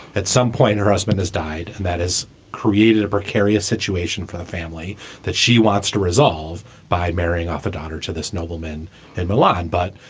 at some point, her husband has died. and that has created a precarious situation for a family that she wants to resolve by marrying off a daughter to this nobleman and the lord. but,